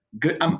Good